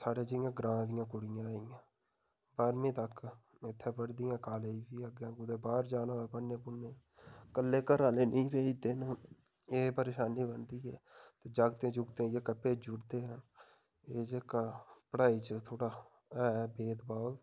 साढ़े जियां ग्रांऽ दियां कुड़ियां आई गेइयां बाह्रमीं तक इत्थें पढ़दियां कालेज फ्ही अग्गें कुदै बाह्र जाना होऐ पढ़ने पुढ़ने गी कल्लै घर आह्ले नेईं भेजदे न एह् परेशानी बनदी ऐ ते जागतें जुगतें गी भेजी उड़दे एह् जेह्का पढ़ाई च थोह्ड़ा ऐ भेदभाव